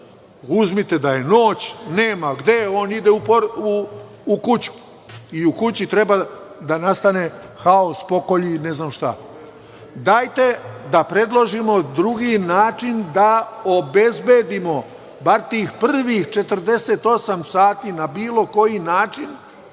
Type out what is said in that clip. uzmite da je noć, nema gde, on ide u kuću, i u kući treba da nastane haos, pokolj, i ne znam šta. Dajte da predložimo drugi način da obezbedimo bar tih prvih 48 sati na bilo koji način,